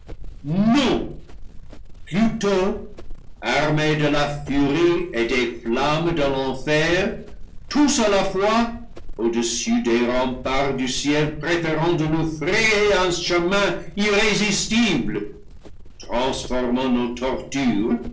armés de la furie et des flammes de l'enfer tous à la fois au-dessus des remparts du ciel préférons de nous frayer un chemin irrésistible transformant nos tortures